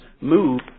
move